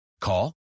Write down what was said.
Call